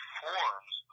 forms